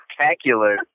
spectacular